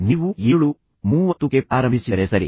ನೀವು 730 ಕ್ಕೆ ಪ್ರಾರಂಭಿಸಿದರೆ ಸರಿ